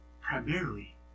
primarily